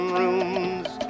room's